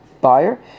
Buyer